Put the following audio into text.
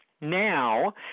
now